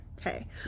okay